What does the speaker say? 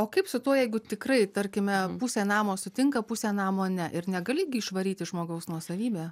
o kaip su tuo jeigu tikrai tarkime pusė namo sutinka pusė namo ne ir negali išvaryti žmogaus nuosavybė